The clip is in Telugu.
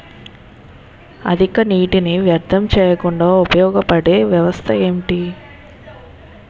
అధిక నీటినీ వ్యర్థం చేయకుండా ఉపయోగ పడే వ్యవస్థ ఏంటి